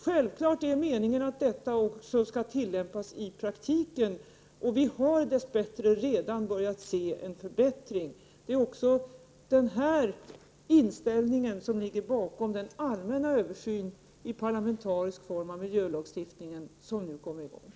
Självklart är det meningen att detta också skall tillämpas i praktiken. Och vi har som väl är redan börjat se en förbättring. Det är också den här inställningen som ligger bakom den allmänna översynen i parlamentarisk form av miljölagstiftningen som nu kommer i gång.